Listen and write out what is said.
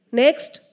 next